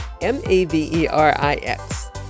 M-A-V-E-R-I-X